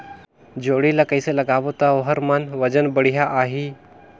जोणी ला कइसे लगाबो ता ओहार मान वजन बेडिया आही?